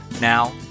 Now